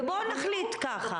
ובואו נחליט כך.